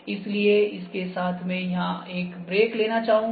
इसलिए इसके साथ मैं यहां एक ब्रेक लेना चाहूंगा